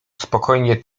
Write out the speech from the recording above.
spokojnie